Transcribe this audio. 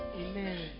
Amen